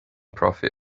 profit